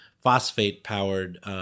phosphate-powered